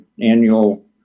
annual